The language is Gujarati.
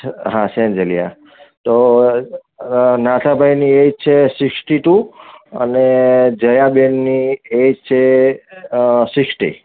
હા સેન્જલિયા તો નાથાભાઈની એઈજ છે શિકષ્ટી ટુ અને જયાબેનની એઈજ છે શિકષ્ટી